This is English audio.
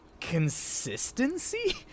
consistency